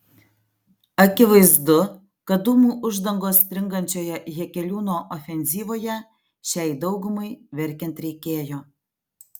akivaizdu kad dūmų uždangos stringančioje jakeliūno ofenzyvoje šiai daugumai verkiant reikėjo